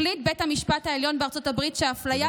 החליט בית המשפט העליון בארצות הברית שהאפליה